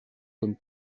comme